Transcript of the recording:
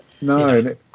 no